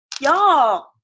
Y'all